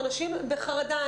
אנשים בחרדה.